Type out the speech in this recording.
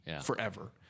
forever